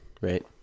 right